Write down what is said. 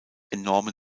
enorme